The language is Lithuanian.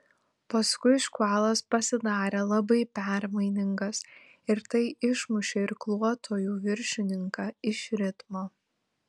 paskui škvalas pasidarė labai permainingas ir tai išmušė irkluotojų viršininką iš ritmo